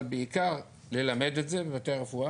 אבל בעיקר ללמד את זה בבתי רפואה,